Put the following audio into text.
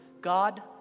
God